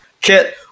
Kit